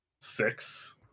six